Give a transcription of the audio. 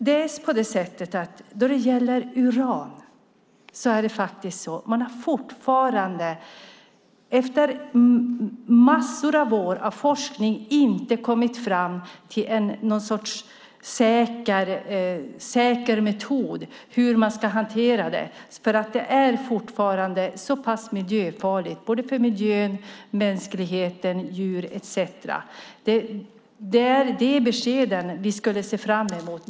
Då det gäller uran har man fortfarande efter år av forskning inte kommit fram till någon sorts säker metod för hur man ska hantera uran. Det är fortfarande så pass farligt för miljön, mänskligheten, djur etcetera. Det är de beskeden vi ser fram emot.